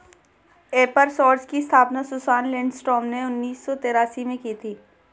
एपर सोर्स की स्थापना सुसान लिंडस्ट्रॉम ने उन्नीस सौ तेरासी में की थी